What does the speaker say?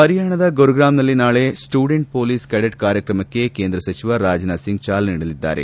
ಹರಿಯಾಣದ ಗುರುಗ್ರಾಮ್ನಲ್ಲಿ ನಾಳೆ ಸ್ಲುಡೆಂಟ್ ಪೊಲೀಸ್ ಕ್ಲಾಡೆಟ್ ಕಾರ್ಯಕ್ರಮಕ್ಕೆ ಕೇಂದ್ರ ಸಚಿವ ರಾಜನಾಥ್ ಸಿಂಗ್ ಚಾಲನೆ ನೀಡಲಿದ್ದಾರೆ